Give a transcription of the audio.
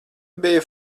bija